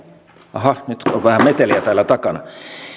aha nyt on vähän meteliä täällä takana